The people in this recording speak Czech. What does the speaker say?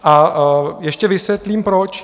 A ještě vysvětlím proč.